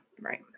Right